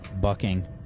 bucking